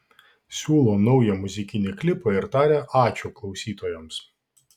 siūlo naują muzikinį klipą ir taria ačiū klausytojams